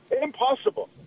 impossible